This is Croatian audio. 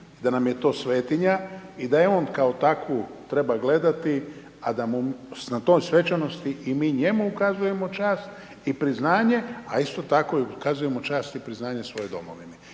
da nam je to svetinja i da je on kao takvu treba gledati a da mu na toj svečanosti i mi njemu ukazujemo čast i priznanje a isto tako i ukazujemo čast i priznanje svojoj Domovini.